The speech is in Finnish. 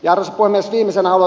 arvoisa puhemies